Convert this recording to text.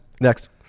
Next